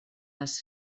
les